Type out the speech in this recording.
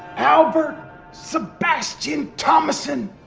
albert sebastian thomason.